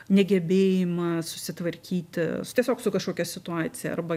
negebėjimą susitvarkyti su tiesiog su kažkokia situacija arba